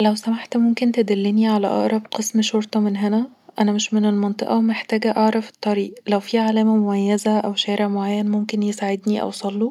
لو سمحت ممكن تدلني علي اقرب قسم شرطه من هنا؟ انا مش من المنطقه ومحتاجه اعرف الطريق، لو فيه علامه مميزه او شارع معين ممكن يساعدني اوصله